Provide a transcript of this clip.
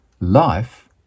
Life